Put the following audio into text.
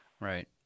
Right